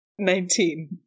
Nineteen